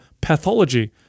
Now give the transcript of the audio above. pathology